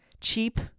cheap